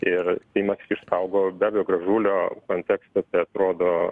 ir seimas išsaugo be abejo gražulio kontekstuose atrodo